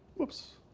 whoops,